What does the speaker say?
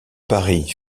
paris